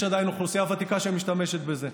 יש עדיין אוכלוסייה ותיקה שמשתמשת בזה,